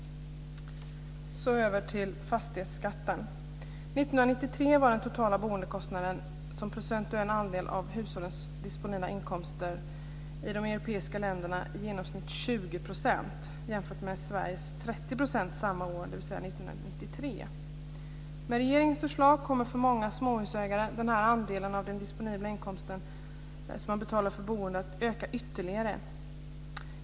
Så går jag över till fastighetsskatten. 1993 var den totala boendekostnaden som procentuell andel av hushållens disponibla inkomster i de europeiska länderna i genomsnitt 20 %, jämfört med Sveriges 30 %. Med regeringens förslag kommer för många småhusägare andelen av den disponibla inkomsten som man betalar för boendet att öka ytterligare.